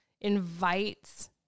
invites